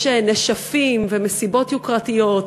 יש נשפים ומסיבות יוקרתיות,